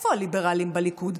איפה הליברלים בליכוד?